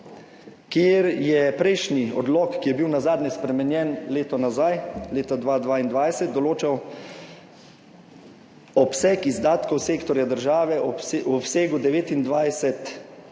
kjer je prejšnji odlok, ki je bil nazadnje spremenjen leto nazaj, leta 2022, določal obseg izdatkov sektorja države ob obsegu 19